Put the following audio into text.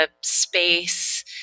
space